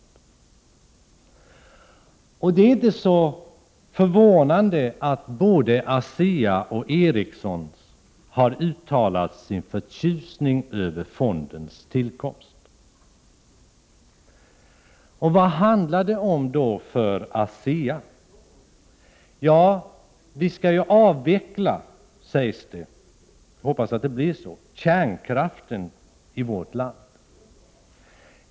FN SA EE SN SÖTARE Det är inte särskilt förvånande att både ASEA och Ericsson har uttalat sin Upprötagde aven nor. förtjusning över fondens tillkomst. Vad handlar det om för ASEA:s del? Ja, dn vi skall ju avveckla — hoppas jag — kärnkraften i vårt land.